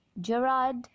Gerard